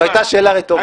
זו הייתה שאלה רטורית.